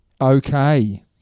Okay